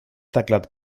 teclat